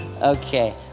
Okay